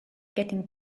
getting